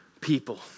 people